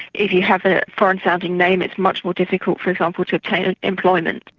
if you have and a foreign-sounding name, it's much more difficult for example to obtain employment.